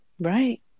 right